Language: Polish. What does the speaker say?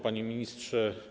Panie Ministrze!